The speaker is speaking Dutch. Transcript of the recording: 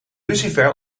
lucifer